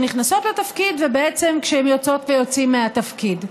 נכנסות לתפקיד ובעצם כשהן יוצאות והם יוצאים מהתפקיד.